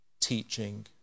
teaching